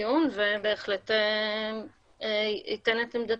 אני מבינה שמשרד הבריאות נמצא בדיון ובהחלט ייתן את עמדתו.